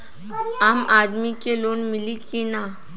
आम आदमी के लोन मिली कि ना?